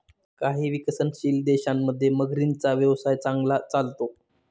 काही विकसनशील देशांमध्ये मगरींचा व्यवसाय चांगला चालतो